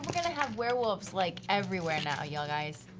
have werewolves like everywhere now, yeah ah guys.